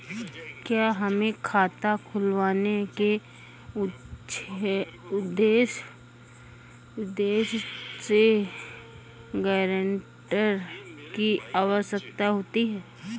क्या हमें खाता खुलवाने के उद्देश्य से गैरेंटर की आवश्यकता होती है?